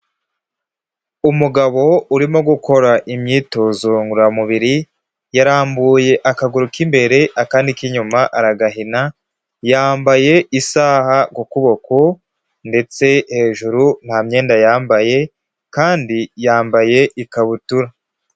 Umugabo urimo gukora imyitozo ngororamubiri yarambuye akaguru k'imbere akandi k'inyuma aragahina, yambaye isaha ku kuboko ndetse hejuru nta myenda yambaye kandi yambaye ikabutura.